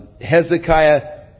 Hezekiah